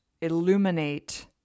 illuminate